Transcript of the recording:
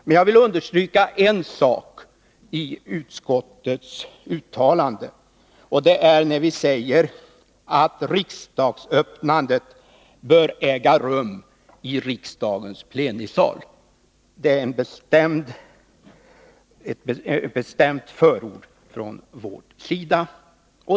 Men jag vill understryka en sak i utskottets uttalande, nämligen när vi säger att riksmötets öppnande bör äga rum i riksdagens plenisal. Det är ett bestämt förord från vår sida.